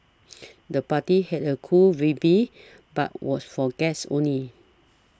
the party had a cool vibe but was for guests only